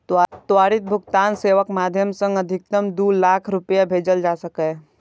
त्वरित भुगतान सेवाक माध्यम सं अधिकतम दू लाख रुपैया भेजल जा सकैए